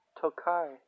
Tokai